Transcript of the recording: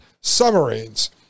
submarines